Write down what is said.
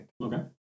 Okay